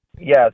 Yes